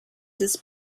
des